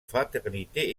fraternité